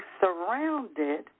surrounded